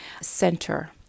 center